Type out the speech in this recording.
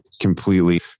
completely